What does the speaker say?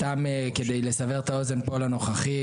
וסתם כדי לסבר את האוזן פה לנוכחים,